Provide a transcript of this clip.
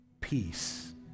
peace